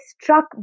struck